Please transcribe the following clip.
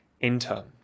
Enter